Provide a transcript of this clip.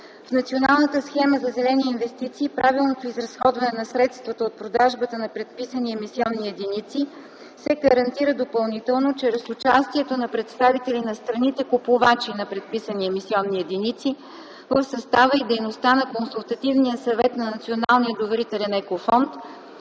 В Националната схема за зелени инвестиции правилното изразходване на средствата от продажбата на предписани емисионни единици се гарантира допълнително чрез участието на представители на страните-купувачи на предписани емисионни единици, в състава и дейността на Консултативния съвет на Националния доверителен екофонд